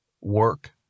work